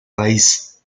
raíz